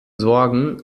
sorgen